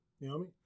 Naomi